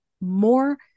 more